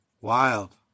Wild